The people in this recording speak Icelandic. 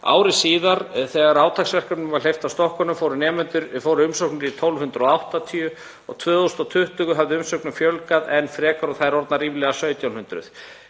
Ári síðar, þegar átaksverkefninu var hleypt af stokkunum, fóru umsóknir í 1.280 og 2020 hafði umsögnum fjölgað enn frekar og þær orðnar ríflega 1.700.